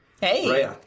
Hey